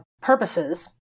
purposes